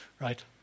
Right